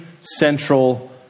central